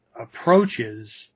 approaches